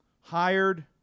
hired